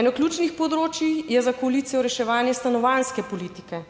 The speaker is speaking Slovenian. Eno ključnih področij je za koalicijo reševanje stanovanjske politike.